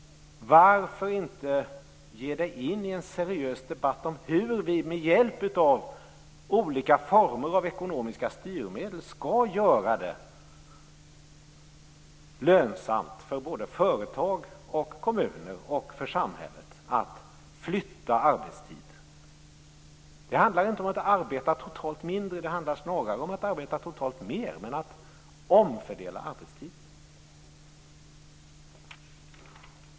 Varför kan Erik Åsbrink inte ge sig in i en seriös debatt om hur vi med hjälp av olika former av ekonomiska styrmedel skall göra det lönsamt för företag, kommuner och samhället att flytta arbetstid? Det handlar inte om att arbeta totalt mindre, utan det handlar snarare om att arbeta totalt mer, men att omfördela arbetstiden.